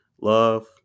Love